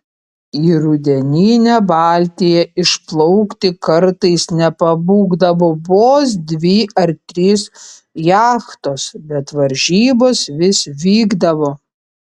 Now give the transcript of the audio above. į rudeninę baltiją išplaukti kartais nepabūgdavo vos dvi ar trys jachtos bet varžybos vis vykdavo